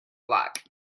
luck